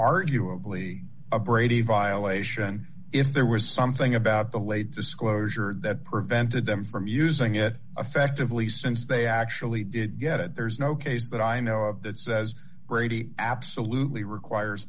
arguably a brady violation if there was something about the late disclosure that prevented them from using it effectively since they actually did get it there's no case that i know of that says brady absolutely requires